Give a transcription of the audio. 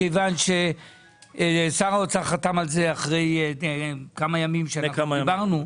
מכיוון ששר האוצר חתם על זה אחרי כמה ימים שאנחנו דיברנו,